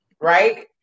right